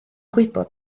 gwybod